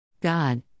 God